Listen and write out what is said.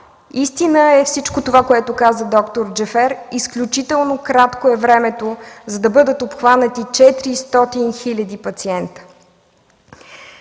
Истина е всичко това, което каза д-р Джафер – изключително кратко е времето, за да бъдат обхванати 400 хил. пациенти.